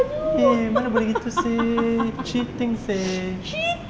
eh mana boleh begitu seh cheating seh